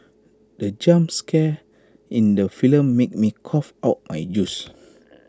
the jump scare in the film made me cough out my juice